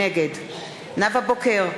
נגד נאוה בוקר,